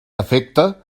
efecte